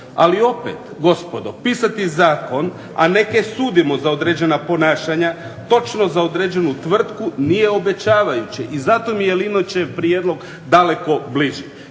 Ali opet gospodo pisati zakon, a neke sudimo za određena ponašanja, točno za određenu tvrtku nije obećavajući i zato mi je Linićev prijedlog daleko bliži.